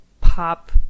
pop